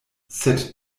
sed